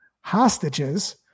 hostages